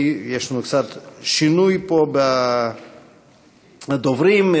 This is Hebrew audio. יש לנו שינוי פה בסדר הדוברים.